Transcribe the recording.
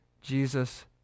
Jesus